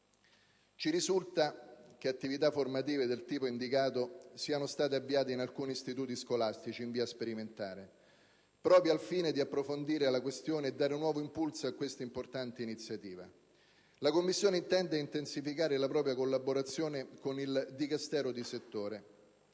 Ci risulta che attività formative del tipo indicato siano state avviate in alcuni istituti scolastici, in via sperimentale. Proprio al fine di approfondire la questione e dare nuovo impulso a questa importante iniziativa, la Commissione intende intensificare la propria collaborazione con il Dicastero di settore.